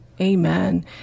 Amen